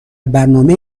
برنامه